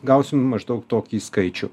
gausim maždaug tokį skaičių